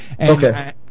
Okay